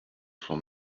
from